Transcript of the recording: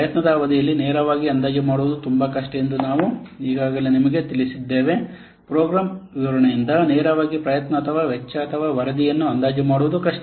ಪ್ರಯತ್ನದ ಅವಧಿಯನ್ನು ನೇರವಾಗಿ ಅಂದಾಜು ಮಾಡುವುದು ತುಂಬಾ ಕಷ್ಟ ಎಂದು ನಾವು ಈಗಾಗಲೇ ನಿಮಗೆ ತಿಳಿಸಿದ್ದೇವೆ ಪ್ರೋಗ್ರಾಂ ವಿವರಣೆಯಿಂದ ನೇರವಾಗಿ ಪ್ರಯತ್ನ ಅಥವಾ ವೆಚ್ಚ ಅಥವಾ ಅವಧಿಯನ್ನು ಅಂದಾಜು ಮಾಡುವುದು ಕಷ್ಟ